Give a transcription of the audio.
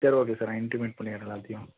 சரி okay sir நான் intimate பண்ணிடுறேன் எல்லாத்தையும்